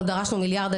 אנחנו דרשנו מיליארד,